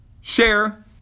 share